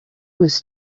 was